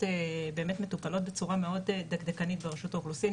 באמת מטופלות בצורה מאוד דקדקנית ברשות האוכלוסין,